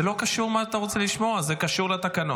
זה לא קשור מה אתה רוצה לשמוע, זה קשור לתקנון.